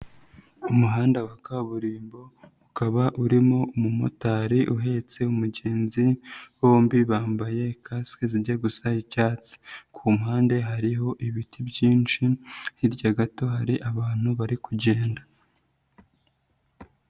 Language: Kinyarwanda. Umuhanda wa kaburimbo ukaba urimo umumotari uhetse umugenzi, bombi bambaye kasike zijya gusa icyatsi, ku mpande hariho ibiti byinshi hirya gato hari abantu bari kugenda.